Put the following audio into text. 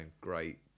Great